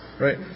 right